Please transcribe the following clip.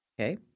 Okay